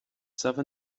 sava